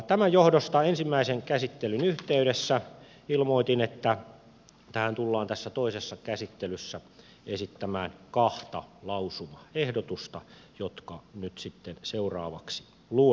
tämän johdosta ensimmäisen käsittelyn yhteydessä ilmoitin että tähän tullaan tässä toisessa käsittelyssä esittämään kahta lausumaehdotusta jotka nyt sitten seuraavaksi luen